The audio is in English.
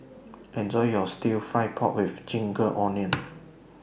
Enjoy your Stir Fry Pork with Ginger Onions